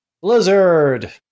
Blizzard